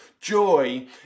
Joy